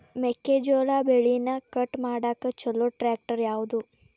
ಮೆಕ್ಕೆ ಜೋಳ ಬೆಳಿನ ಕಟ್ ಮಾಡಾಕ್ ಛಲೋ ಟ್ರ್ಯಾಕ್ಟರ್ ಯಾವ್ದು?